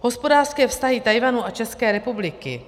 Hospodářské vztahy Tchajwanu a České republiky.